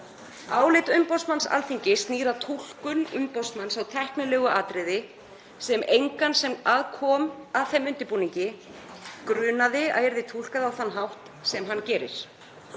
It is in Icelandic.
Álit umboðsmanns Alþingis snýr að túlkun umboðsmanns á tæknilegu atriði sem engan sem kom að þeim undirbúningi grunaði að yrði túlkað á þann hátt sem hann gerir.